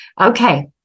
Okay